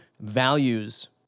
values